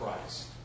Christ